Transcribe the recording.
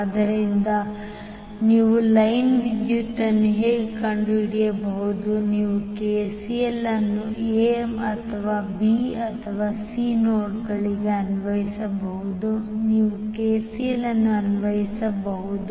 ಆದ್ದರಿಂದ ನೀವು ಲೈನ್ ವಿದ್ಯುತ್ವನ್ನು ಹೇಗೆ ಕಂಡುಹಿಡಿಯಬಹುದು ನೀವು KCL ಅನ್ನು A ಅಥವಾ B ಅಥವಾ C ನೋಡ್ಗಳಲ್ಲಿ ಅನ್ವಯಿಸಬಹುದು ನೀವು KCL ಅನ್ನು ಅನ್ವಯಿಸಬಹುದು